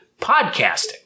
podcasting